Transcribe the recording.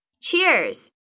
Cheers